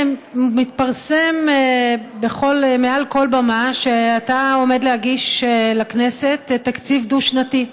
מתפרסם מעל כל במה שאתה עומד להגיש לכנסת תקציב דו-שנתי.